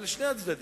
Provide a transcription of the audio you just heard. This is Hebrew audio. לשני הצדדים.